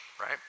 right